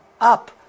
up